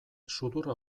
sudurra